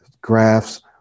graphs